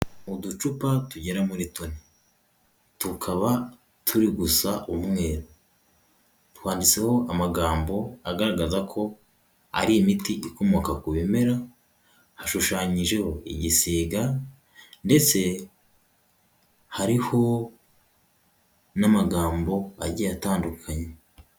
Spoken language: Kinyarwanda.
Uducupa tugera muri tune, tukaba turi gusa umweru twanditseho amagambo agaragaza ko ari imiti ikomoka ku bimera. Hashushanyijeho igisiga ndetse hariho n'amagambo agiye atandukanye.